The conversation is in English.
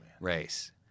race